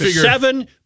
Seven